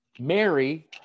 Mary